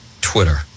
Twitter